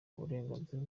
uburenganzira